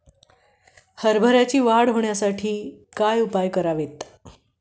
हरभऱ्याची वाढ होण्यासाठी काय उपाय करावे?